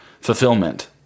fulfillment